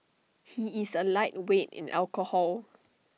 he is A lightweight in alcohol